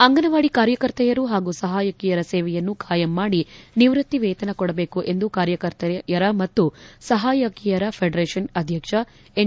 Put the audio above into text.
ಅಂಗನವಾಡಿ ಕಾರ್ಯಕರ್ತೆಯರು ಹಾಗೂ ಸಹಾಯಕಿಯರ ಸೇವೆಯನ್ನು ಖಾಯಂ ಮಾಡಿ ನಿವೃತ್ತಿ ವೇತನ ಕೊಡಬೇಕು ಎಂದು ಕಾರ್ಯಕರ್ತೆಯರ ಮತ್ತು ಸಹಾಯಕಿಯರ ಫೆಡರೇಷನ್ ಅಧ್ಯಕ್ಷ ಎನ್